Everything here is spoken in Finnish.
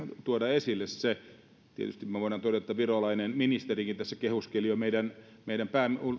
tuoda esille tietysti me voimme todeta että virolainen ministerikin tässä kehuskeli jo meidän meidän